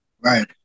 Right